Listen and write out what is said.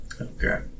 Okay